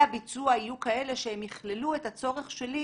הביצוע יהיו כאלה שהם יכללו את הצורך שלי